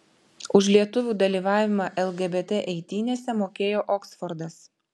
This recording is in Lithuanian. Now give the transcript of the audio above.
už lietuvių dalyvavimą lgbt eitynėse mokėjo oksfordas